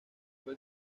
fue